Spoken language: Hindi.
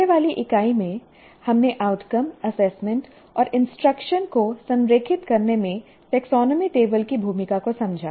पहले वाली इकाई में हमने आउटकम एसेसमेंट और इंस्ट्रक्शन को संरेखित करने में टेक्सोनोमी टेबल की भूमिका को समझा